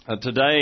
today